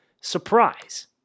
surprise